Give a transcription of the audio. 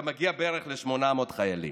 אתה מגיע בערך ל-800 חיילים.